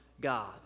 God